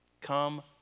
Come